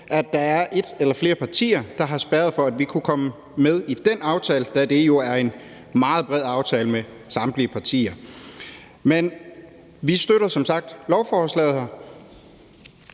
at der er et eller flere partier, der har spærret for, at vi kunne komme med i den aftale, da det jo er en meget bred aftale med samtlige partier. Men vi støtter som sagt lovforslaget.